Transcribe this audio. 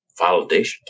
validation